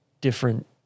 different